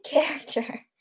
character